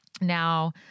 Now